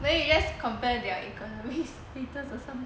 then you just compare their economies status or something